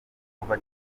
kuva